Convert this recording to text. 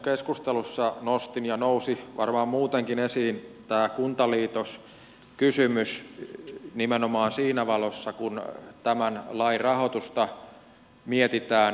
keskustelussa nostin ja se nousi varmaan muutenkin esiin tämän kuntaliitoskysymyksen nimenomaan siinä valossa kun tämän lain rahoitusta mietitään